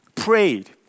prayed